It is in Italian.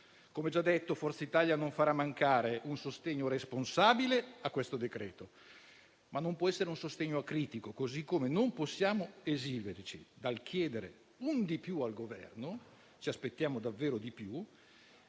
Come ho già detto, Forza Italia non farà mancare un sostegno responsabile a questo decreto, ma non può essere un sostegno acritico, così come non possiamo esimerci dal chiedere un di più al Governo - ci aspettiamo davvero di più